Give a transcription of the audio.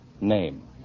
name